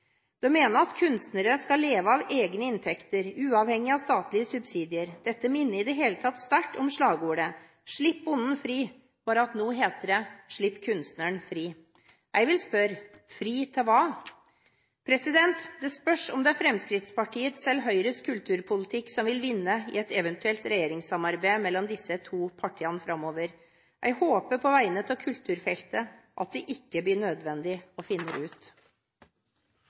mener at kunstnere skal leve av egne inntekter, uavhengig av statlige subsidier. Dette minner i det hele tatt sterkt om slagordet «Slipp bonden fri» – bare at nå heter det «Slipp kunstneren fri». Jeg vil spørre: fri til hva? Det spørs om det er Fremskrittspartiets eller Høyres kulturpolitikk som vil vinne i et eventuelt regjeringssamarbeid mellom disse to partiene framover. Jeg håper på vegne av kulturfeltet at det ikke blir nødvendig å finne det ut.